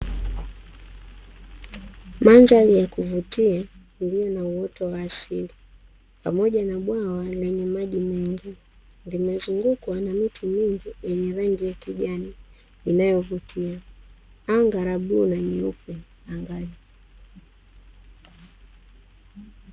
Madhari ya kuvutia iliyo na uoto wa asili, pamoja na bwawa lenye maji mengi, limezungukwa na miti mingi yenye rangi ya kijani inayovutia, anga la bluu na nyeupe angani.